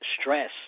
stress